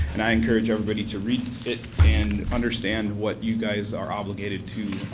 and i encourage everybody to read it and understand what you guys are obligated to